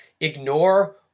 Ignore